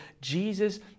Jesus